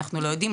אנחנו לא יודעים,